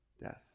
death